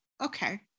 okay